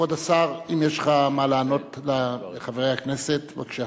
כבוד השר, אם יש לך מה לענות לחברי הכנסת, בבקשה.